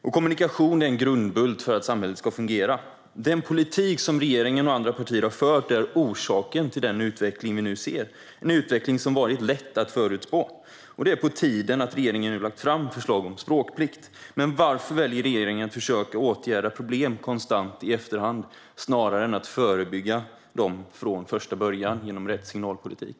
Och kommunikation är en grundbult för att samhället ska fungera. Den politik som regeringen och andra partier har fört är orsak till den utveckling vi nu ser. Det är en utveckling som har varit lätt att förutspå. Det är på tiden att regeringen har lagt fram förslag om språkplikt. Men varför väljer regeringen att konstant försöka åtgärda problem i efterhand snarare än att förebygga dem från början genom rätt signalpolitik?